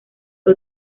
que